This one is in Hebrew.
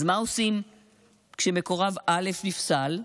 אז מה עושים כשמקורב א' נפסל?